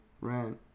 rent